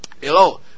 Hello